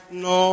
no